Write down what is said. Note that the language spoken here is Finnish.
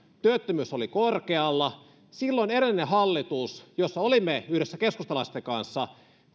työttömyys oli korkealla silloin edellinen hallitus jossa olimme yhdessä keskustalaisten kanssa